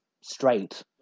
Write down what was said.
straight